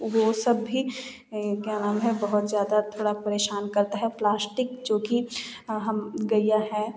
वह सब भी क्या नाम है बहुत ज़्यादा थोड़ा परेशान करता है प्लास्टिक जो कि हम गैया हैं